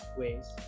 ways